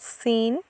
চীন